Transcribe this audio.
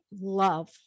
love